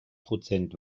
prozent